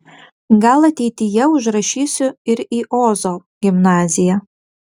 gal ateityje užrašysiu ir į ozo gimnaziją